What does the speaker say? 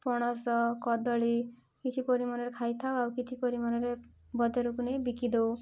ପଣସ କଦଳୀ କିଛି ପରିମାଣ ରେ ଖାଇଥାଉ ଆଉ କିଛି ପରିମାଣରେ ବଜାରକୁ ନେଇ ବିକି ଦଉ